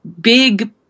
big